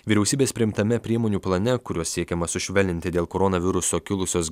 vyriausybės priimtame priemonių plane kuriuo siekiama sušvelninti dėl koronaviruso kilusios